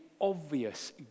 obvious